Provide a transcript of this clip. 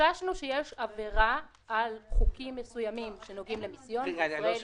חששנו שיש עבירה על חוקים מסוימים שנוגעים למיסיון --- לא שמעתי.